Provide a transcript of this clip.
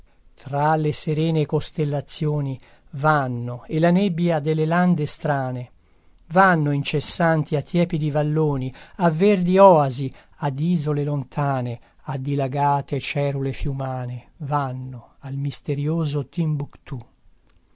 tra le serene costellazïoni vanno e la nebbia delle lande strane vanno incessanti a tiepidi valloni a verdi oasi ad isole lontane a dilagate cerule fiumane vanno al misterïoso timbuctù